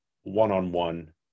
one-on-one